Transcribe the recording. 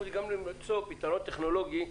אנחנו גם יודעים למצוא פתרונות טכנולוגיים.